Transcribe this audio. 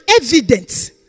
evidence